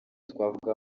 twavuga